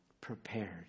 prepared